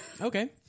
Okay